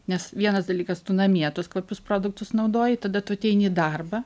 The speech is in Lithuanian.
nes vienas dalykas tu namie tuos kvapius produktus naudoji tada tu ateini į darbą